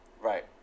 Right